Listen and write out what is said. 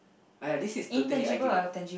I have this is totally ideal